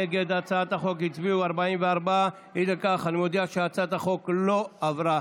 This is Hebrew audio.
נגד הצעת החוק הצביעו 44. אי לכך אני מודיע שהצעת החוק לא עברה